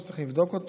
שצריך לבדוק.